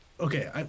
okay